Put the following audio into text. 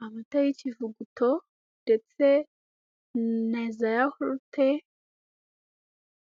Amata y'ikivuguto ndetse na zayahurute.